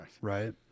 right